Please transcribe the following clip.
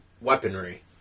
weaponry